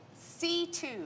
C2